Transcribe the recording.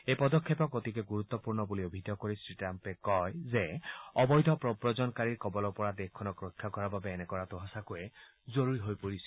এই পদক্ষেপক অতিকে গুৰুত্পূৰ্ণ বুলি অভিহিত কৰি শ্ৰীট্টাম্পে কয় যে অবৈধ প্ৰৱজনকাৰীৰ কবলৰ পৰা দেশখনক ৰক্ষা কৰা বাবে এনে কৰাটো সঁচাকৈ জৰুৰী হৈ পৰিছিল